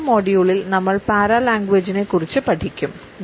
അടുത്ത മൊഡ്യൂളിൽ നമ്മൾ പാരലാംഗ്വേജജിനെ കുറിച്ച് പഠിക്കും